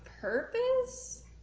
purpose